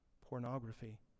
pornography